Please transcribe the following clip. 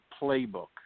playbook